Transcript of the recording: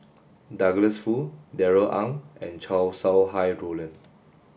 Douglas Foo Darrell Ang and Chow Sau Hai Roland